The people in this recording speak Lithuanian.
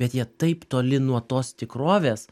bet jie taip toli nuo tos tikrovės